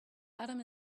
adam